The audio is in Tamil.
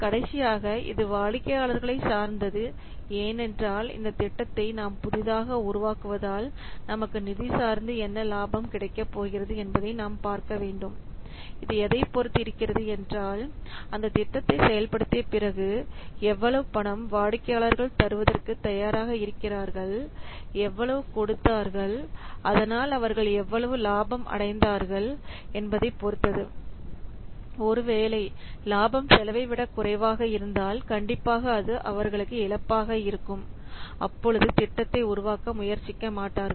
கடைசியாக இது வாடிக்கையாளர்களை சார்ந்தது ஏனென்றால் இந்த திட்டத்தை நாம் புதிதாக உருவாக்குவதால் நமக்கு நிதி சார்ந்து என்ன லாபம் கிடைக்கப் போகிறது என்பதை நாம் பார்க்க வேண்டும் இது எதைப் பொறுத்து இருக்கிறது என்றால் அந்தத் திட்டத்தை செயல்படுத்திய பிறகு எவ்வளவு பணம் வாடிக்கையாளர்கள் தருவதற்கு தயாராக இருக்கிறார்கள் எவ்வளவு கொடுத்தார்கள் அதனால் அவர்கள் எவ்வளவு லாபம் அடைந்தார்கள் என்பதைப் பொறுத்தது ஒருவேளை லாபம் செலவைவிட குறைவாக இருந்தால் கண்டிப்பாக அது அவர்களுக்கு இழப்பாக இருக்கும் அப்பொழுது திட்டத்தை உருவாக்க முயற்சிக்க மாட்டார்கள்